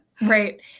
Right